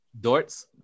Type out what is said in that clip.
Dortz